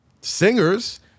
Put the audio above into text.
singers